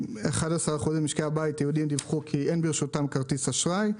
11% ממשקי הבית היהודיים דיווחו כי אין ברשותם כרטיס אשראי,